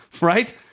right